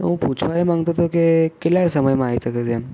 હું પૂછવા એ માંગતો હતો કે કેટલા સમયમાં આવી શકે છે એમ